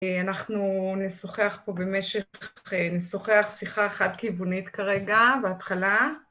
אנחנו נשוחח פה במשך, נשוחח שיחה חד-כיוונית כרגע בהתחלה.